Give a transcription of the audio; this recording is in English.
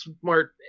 smart